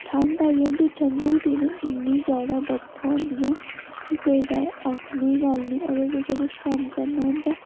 ठंड आई दी होंदी ठंडू दिनें इन्नी ज्यादा बरखा होंदियां कि कोई ग आखने नी गल्ल नेईं अगर कुसै कम्म करना होंदा